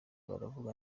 baravura